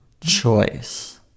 choice